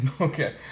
Okay